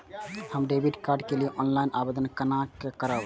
हम debit card के लिए ऑनलाइन आवेदन केना करब?